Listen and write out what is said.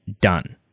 done